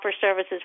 services